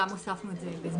גם הוספנו את זה בזמנו.